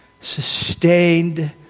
sustained